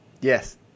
Yes